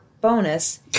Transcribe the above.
bonus